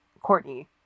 Courtney